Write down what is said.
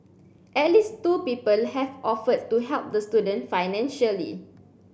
at least two people have offered to help the student financially